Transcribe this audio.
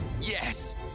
yes